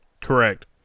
Correct